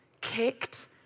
kicked